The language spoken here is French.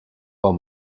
bois